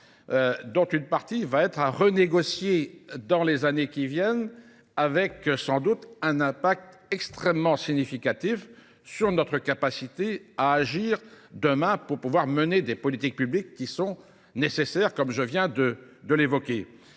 dont une partie va être à renégocier dans les années qui viennent avec sans doute un impact extrêmement significatif sur notre capacité à agir demain pour pouvoir mener des politiques publiques qui sont nécessaires comme je viens de l'évoquer.